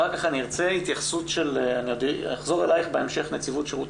אחר כך ארצה התייחסות של מיכל מנציבות שירות